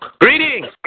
Greetings